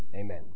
Amen